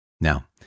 Now